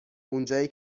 اونجایی